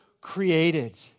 created